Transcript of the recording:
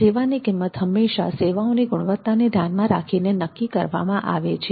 સેવાની કિંમત હંમેશા સેવાઓની ગુણવત્તાને ધ્યાનમાં રાખીને નક્કી કરવામાં આવી છે